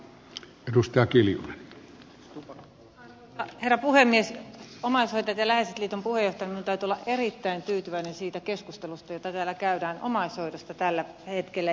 omaishoitajat ja läheiset liiton puheenjohtajana minun täytyy olla erittäin tyytyväinen siitä keskustelusta jota täällä käydään omaishoidosta tällä hetkellä